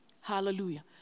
Hallelujah